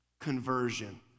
conversion